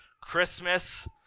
Christmas